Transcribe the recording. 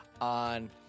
on